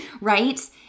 right